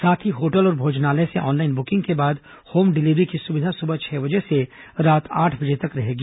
साथ ही होटल और भोजनालय से ऑनलाइन बुकिंग के बाद होम डिलीवरी की सुविधा सुबह छह बजे से रात्रि आठ बजे तक रहेगी